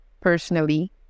personally